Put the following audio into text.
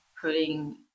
Putting